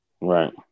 Right